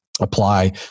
apply